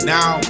Now